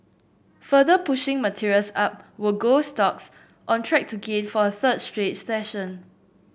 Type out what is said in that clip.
further pushing materials up were gold stocks on track to gain for a third straight session